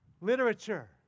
literature